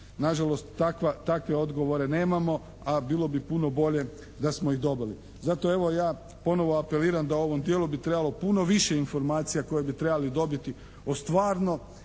Nažalost takva, takve odgovore nemamo, a bilo bi puno bolje da smo ih dobili. Zato evo ja ponovo apeliram da ovom tijelu bi trebalo puno više informacija koje bi trebali dobiti o stvarno